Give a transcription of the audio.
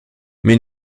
mais